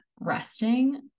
resting